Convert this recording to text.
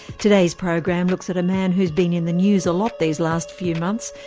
today's program looks at a man who's been in the news a lot these last few months,